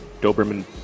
Doberman